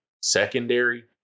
secondary